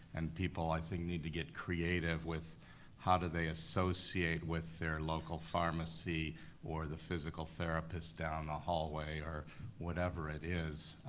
and people i think need to get creative with how do they associate with their local pharmacy or the physical therapist down the hallway or whatever it is,